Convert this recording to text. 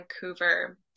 Vancouver